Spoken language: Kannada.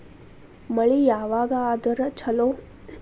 ಮಳಿ ಯಾವಾಗ ಆದರೆ ಛಲೋ?